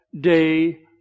day